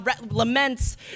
laments